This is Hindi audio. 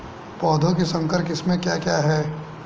पौधों की संकर किस्में क्या क्या हैं?